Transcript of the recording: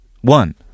one